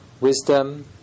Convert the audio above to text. wisdom